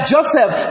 Joseph